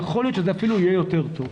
ויכול להיות שזה אפילו יהיה יותר טוב.